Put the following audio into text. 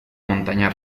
montaña